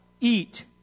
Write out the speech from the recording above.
eat